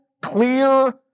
clear